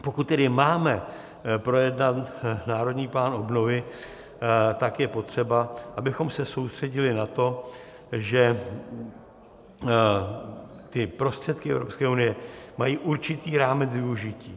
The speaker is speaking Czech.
Pokud tedy máme projednat Národní plán obnovy, tak je potřeba, abychom se soustředili na to, že prostředky Evropské unie mají určitý rámec využití.